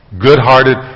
Good-hearted